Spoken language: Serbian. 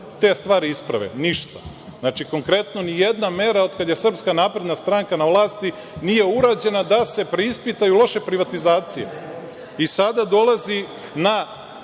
te stvari isprave? Ništa. Znači, konkretno nijedna mera od kada je SNS na vlasti nije urađena da se preispitaju loše privatizacije. Sada dolazi na